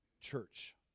church